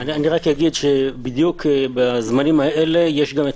אני רק אגיד שבדיוק בזמנים האלה יש גם את